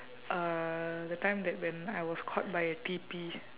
uh the time that when I was caught by a T_P